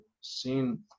seen